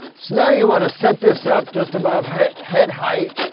so now you want to set this up just above head head height.